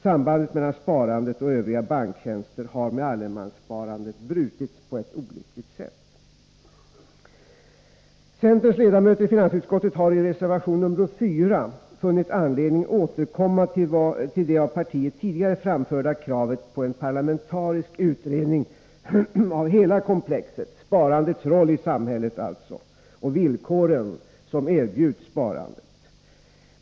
Sambandet mellan sparandet och övriga banktjänster har med allemanssparandet brutits på ett olyckligt sätt. Centerns ledamöter i finansutskottet har i reservation nr 4 funnit anledning att återkomma till det av partiet tidigare framförda kravet på en parlamenta risk utredning av hela komplexet — sparandets roll i samhället och villkoren som erbjuds sparandet.